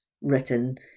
written